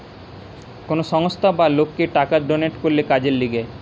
কোন সংস্থা বা লোককে টাকা ডোনেট করলে কাজের লিগে